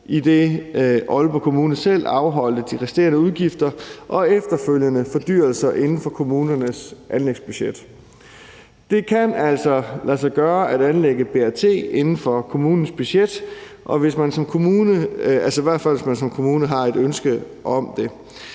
idet Aalborg Kommune selv afholdt de resterende udgifter og efterfølgende fordyrelser inden for kommunernes anlægsbudget. Det kan altså lade sig gøre at anlægge BRT inden for kommunens budget, i hvert fald hvis man som kommune har et ønske om det.